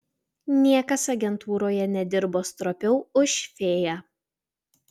niekas agentūroje nedirbo stropiau už fėją